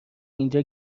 اینجا